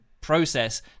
process